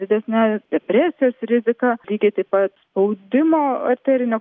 didesne depresijos rizika lygiai taip pat spaudimo arterinio